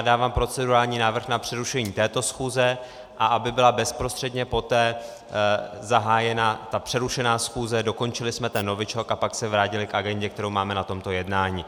Dávám procedurální návrh na přerušení této schůze, a aby byla bezprostředně poté zahájena přerušená schůze, dokončili jsme ten novičok a pak se vrátili k agendě, kterou máme na tomto jednání.